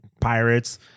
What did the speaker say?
pirates